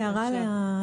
ברור.